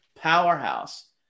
powerhouse